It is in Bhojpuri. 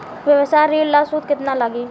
व्यवसाय ऋण ला सूद केतना लागी?